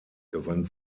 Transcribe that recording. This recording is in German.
gewann